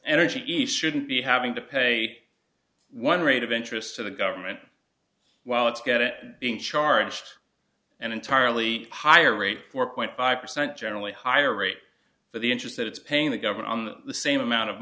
energy east shouldn't be having to pay one rate of interest to the government while it's got it being charged and entirely higher rate four point five percent generally higher rate for the interest that it's paying the government on the same amount of